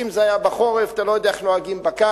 ואם זה היה בחורף אתה לא יודע איך נוהגים בקיץ.